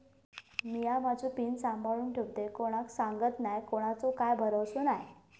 मिया माझो पिन सांभाळुन ठेवतय कोणाक सांगत नाय कोणाचो काय भरवसो नाय